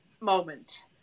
moment